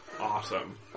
awesome